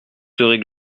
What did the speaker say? serez